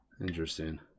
Interesting